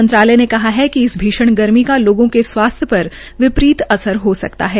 मंत्रालय ने कहा कि इस भीषण गर्मी लोगों के स्वास्थ्य पर विपरीत असर हो सकता है